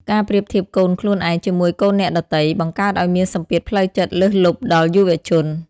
ការប្រៀបធៀបកូនខ្លួនឯងជាមួយកូនអ្នកដទៃ បង្កើតឱ្យមានសម្ពាធផ្លូវចិត្តលើសលប់ដល់យុវជន។